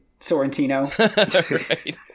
sorrentino